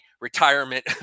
retirement